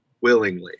willingly